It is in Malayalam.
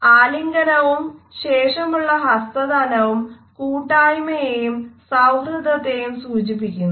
ആലിംഗനവും ശേഷമുള്ള ഹസ്തദാനവും കൂട്ടായ്മയെയും സൌഹാർദ്ദത്തെയും സൂചിപ്പിക്കുന്നു